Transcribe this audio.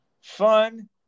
fun